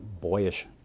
boyish